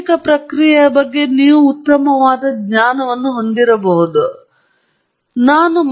ಭೌತಿಕ ಪ್ರಕ್ರಿಯೆಯ ಬಗ್ಗೆ ನೀವು ಉತ್ತಮವಾದ ಜ್ಞಾನವನ್ನು ಹೊಂದಿರಬಹುದು ಎಂದು ಅನೇಕ ಬಾರಿ ಏನಾಗುತ್ತದೆ